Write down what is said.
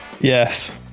Yes